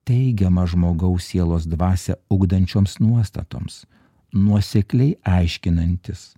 teigiamą žmogaus sielos dvasią ugdančioms nuostatoms nuosekliai aiškinantis